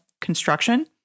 construction